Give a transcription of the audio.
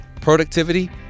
productivity